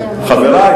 חברי,